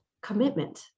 commitment